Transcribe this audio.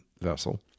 vessel